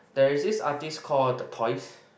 there is this artist called the toys